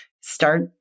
start